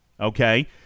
okay